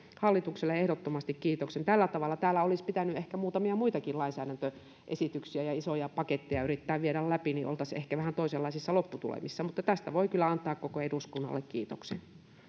hallitukselle ehdottomasti kiitoksen tällä tavalla täällä olisi pitänyt ehkä muutamia muitakin lainsäädäntöesityksiä ja isoja paketteja yrittää viedä läpi niin oltaisiin ehkä vähän toisenlaisissa lopputulemissa mutta tästä voi kyllä antaa koko eduskunnalle kiitoksen